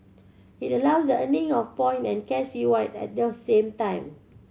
it allows earning of point and cash reward at the same time